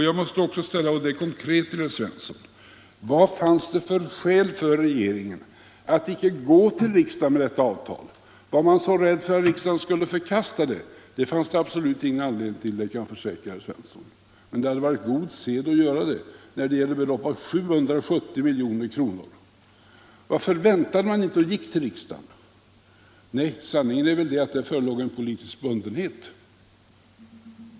Jag måste också konkret till herr Svensson ställa frågan: Vad fanns det för skäl för regeringen att icke gå till riksdagen med detta avtal? Var man så rädd för att riksdagen skulle förkasta det? Det fanns det absolut ingen anledning till — det kan jag försäkra herr Svensson. Men det hade varit god sed att gå till riksdagen när det gäller ett belopp på 770 miljoner. Varför väntade man inte och gick till riksdagen? Sanningen är väl att där förelåg en politisk bundenhet.